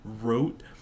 wrote